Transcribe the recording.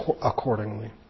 accordingly